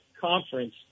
conference